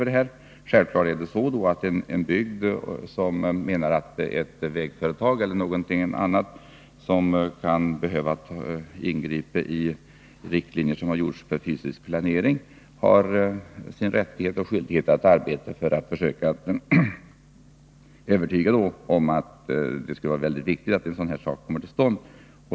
Det är självklart att företrädarna för en bygd, där man menar att exempelvis ett vägföretag kan behöva ingripa i de riktlinjer som dragits upp för fysisk planering, har rättighet och skyldighet att arbeta för att försöka övertyga om att det är mycket viktigt att ett sådant projekt kan genomföras.